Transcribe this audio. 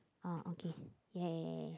orh okay ya ya ya ya